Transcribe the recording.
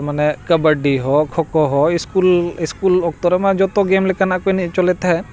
ᱢᱟᱱᱮ ᱠᱟᱵᱟᱰᱤ ᱦᱚᱸ ᱠᱷᱳ ᱠᱷᱳ ᱦᱚᱸ ᱤᱥᱠᱩᱞ ᱤᱥᱠᱩᱞ ᱚᱠᱛᱚ ᱨᱮᱢᱟ ᱡᱷᱚᱛᱚ ᱜᱮᱢ ᱞᱮᱠᱟᱱᱟᱜ ᱠᱚ ᱮᱱᱮᱡ ᱦᱚᱪᱚᱞᱮ ᱛᱟᱦᱮᱸᱫ